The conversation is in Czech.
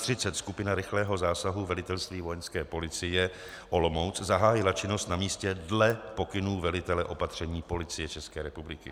V 11.30 skupina rychlého zásahu velitelství Vojenské policie Olomouc zahájila činnost na místě dle pokynů velitele opatření Policie České republiky.